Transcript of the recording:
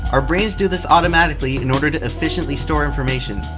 our brains do this automatically, in order to efficiently store information.